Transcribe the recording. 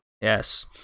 yes